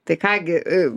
tai ką gi